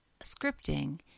scripting